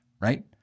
Right